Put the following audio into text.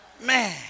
Man